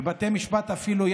ובתי משפט אפילו,